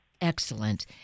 Excellent